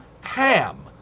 ham